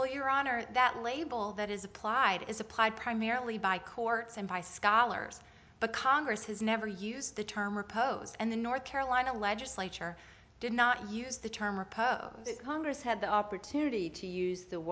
well your honor that label that is applied is applied primarily by courts and by scholars but congress has never used the term repose and the north carolina legislature did not use the term or pose that congress had the opportunity to use the